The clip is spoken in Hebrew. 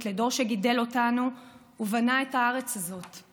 לדור שגידל אותנו ובנה את הארץ הזאת.